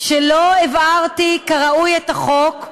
שלא הבהרתי כראוי את החוק,